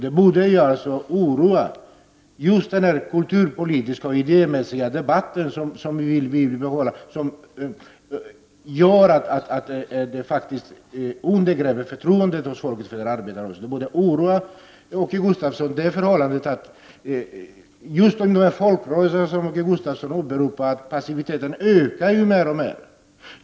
Det borde oroa Åke Gustavsson att den kulturpolitiska och idémässiga debatt som vi vill behålla utarmas. Det undergräver folks förtroende för arbetarrörelsen. Det borde oroa också Åke Gustavsson att passiviteten ökar mer och mer i just de folkrörelser som Åke Gustavsson åberopar.